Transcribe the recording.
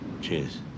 Cheers